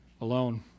alone